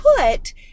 put